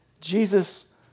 Jesus